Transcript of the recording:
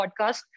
podcast